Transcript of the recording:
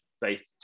based